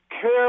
care